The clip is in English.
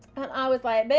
and i was like,